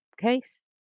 case